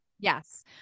Yes